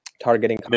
targeting